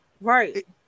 right